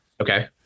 Okay